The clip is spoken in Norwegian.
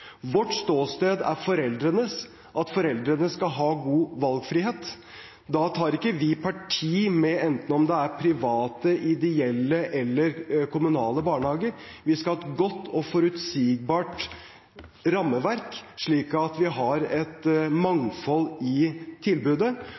Vårt ståsted er foreldrenes, at foreldrene skal ha god valgfrihet. Da tar ikke vi parti for hvorvidt det er private, ideelle eller kommunale barnehager. Vi skal ha et godt og forutsigbart rammeverk, slik at vi har et